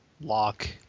Lock